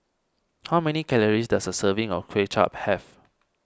how many calories does a serving of Kway Chap have